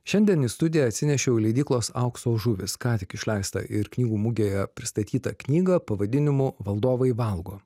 šiandien į studiją atsinešiau leidyklos aukso žuvys ką tik išleistą ir knygų mugėje pristatytą knygą pavadinimu valdovai valgo